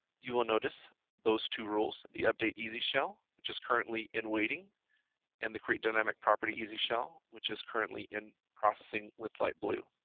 you will notice those two rules of the update easy shell, which is currently in waiting and the create dynamic property easy shell, which is currently in processing with light blue.